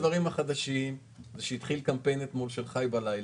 הדברים החדשים זה שהתחיל קמפיין אתמול של חי בלילה,